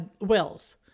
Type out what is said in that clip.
wills